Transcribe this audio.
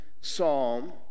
psalm